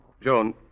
Joan